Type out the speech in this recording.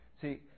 See